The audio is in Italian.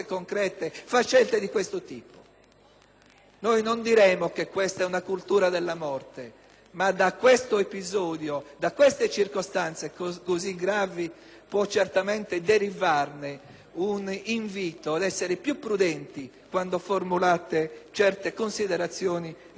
Noi non diremo che questa è una cultura della morte, ma da questo episodio e da queste circostanze così gravi può certamente derivare un invito ad essere più prudenti quando formulate certe considerazioni nei confronti di questa parte politica.